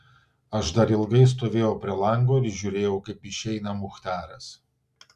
aš dar ilgai stovėjau prie lango ir žiūrėjau kaip išeina muchtaras